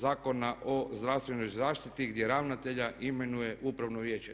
Zakona o zdravstvenoj zaštiti gdje ravnatelja imenuje upravno vijeće.